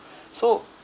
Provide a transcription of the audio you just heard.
so